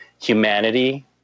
humanity